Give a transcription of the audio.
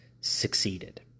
succeeded